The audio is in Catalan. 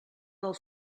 del